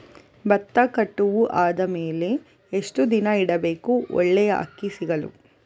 ಭತ್ತ ಕಟಾವು ಆದಮೇಲೆ ಎಷ್ಟು ದಿನ ಇಡಬೇಕು ಒಳ್ಳೆಯ ಅಕ್ಕಿ ಸಿಗಲು?